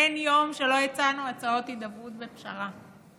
אין יום שלא הצענו הצעות הידברות ופשרה.